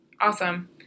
Awesome